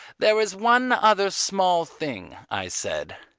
there is one other small thing, i said.